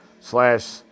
slash